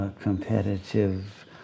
competitive